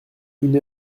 une